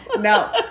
No